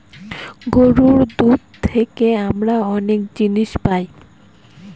গরুর দুধ থেকে আমরা অনেক জিনিস পায়